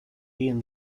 ian